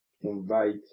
Invite